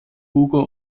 hugo